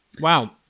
Wow